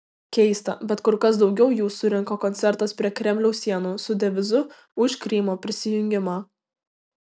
keista bet kur kas daugiau jų surenka koncertas prie kremliaus sienų su devizu už krymo prisijungimą